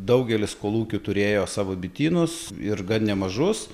daugelis kolūkių turėjo savo bitynus ir gan nemažus